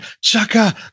Chaka